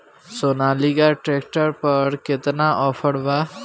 Sonalika tractor पर केतना offer बा?